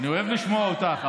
אני אוהב לשמוע אותך,